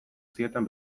zieten